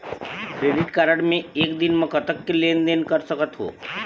Credit card मे एक दिन म कतक के लेन देन कर सकत हो?